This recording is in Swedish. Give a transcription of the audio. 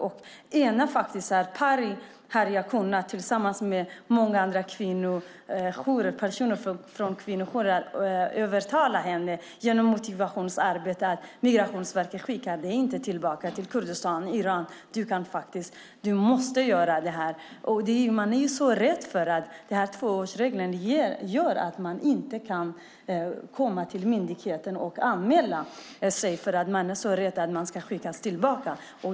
Jag har, tillsammans med personer från kvinnojourer övertalat Pari, bland annat med hjälp av motivationsarbete, att Migrationsverket inte kommer att skicka henne tillbaka till Kurdistan eller Iran. Hon måste göra en anmälan. Tvåårsregeln gör att man inte vågar anmäla sig hos myndigheten eftersom man är så rädd att man ska skickas tillbaka.